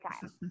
time